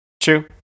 True